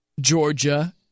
Georgia